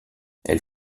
elle